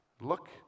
Look